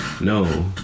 No